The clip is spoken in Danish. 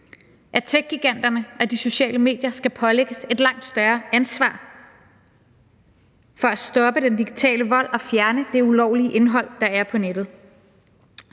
at techgiganterne og de sociale medier skal pålægges et langt større ansvar for at stoppe den digitale vold og fjerne det ulovlige indhold, der er på nettet.